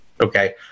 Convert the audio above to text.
okay